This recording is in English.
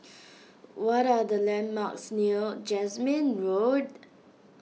what are the landmarks near Jasmine Road